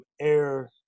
air